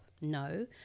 No